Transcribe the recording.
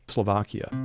Slovakia